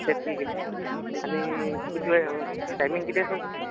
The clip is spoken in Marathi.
अच्छा ठीकय आनि किती वेळ टायमिंग कितीय सर तुमचं